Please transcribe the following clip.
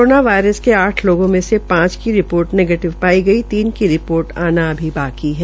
corona virus के आठ लोगों में से पांच की रिपोर्ट नेगैटिव पाई गई तीन की रिपोर्ट आना अभी बाकी है